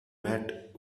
met